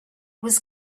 was